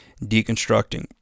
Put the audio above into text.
deconstructing